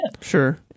Sure